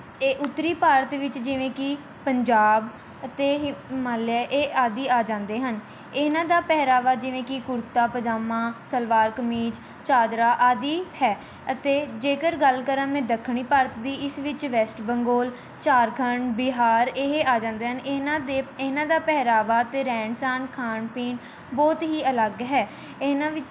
ਇਹ ਉੱਤਰੀ ਭਾਰਤ ਵਿੱਚ ਜਿਵੇਂ ਕਿ ਪੰਜਾਬ ਅਤੇ ਹਿਮਾਲਿਆ ਇਹ ਆਦਿ ਆ ਜਾਂਦੇ ਹਨ ਇਹਨਾਂ ਦਾ ਪਹਿਰਾਵਾ ਜਿਵੇਂ ਕਿ ਕੁਰਤਾ ਪਜਾਮਾ ਸਲਵਾਰ ਕਮੀਜ ਚਾਦਰਾ ਆਦਿ ਹੈ ਅਤੇ ਜੇਕਰ ਗੱਲ ਕਰਾਂ ਮੈਂ ਦੱਖਣੀ ਭਾਰਤ ਦੀ ਇਸ ਵਿੱਚ ਵੈਸਟ ਬੰਗੋਲ ਝਾਰਖੰਡ ਬਿਹਾਰ ਇਹ ਆ ਜਾਂਦੇ ਹਨ ਇਹਨਾਂ ਦੇ ਇਹਨਾਂ ਦਾ ਪਹਿਰਾਵਾ ਅਤੇ ਰਹਿਣ ਸਾਨ ਖਾਣ ਪੀਣ ਬਹੁਤ ਹੀ ਅਲੱਗ ਹੈ ਇਹਨਾਂ ਵਿ